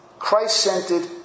Christ-centered